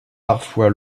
parfois